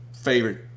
favorite